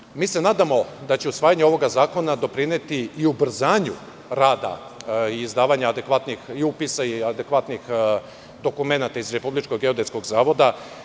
Konačno, mi se nadamo da će usvajanje ovog zakona doprineti i ubrzanju rada izdavanja adekvatnih i upisa i adekvatnih dokumenata iz Republičkog geodetskog zavoda.